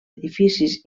edificis